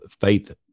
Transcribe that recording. faith